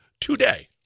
today